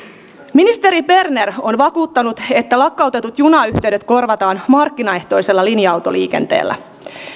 ministeri berner on vakuuttanut että lakkautetut junayhteydet korvataan markkinaehtoisella linja autoliikenteellä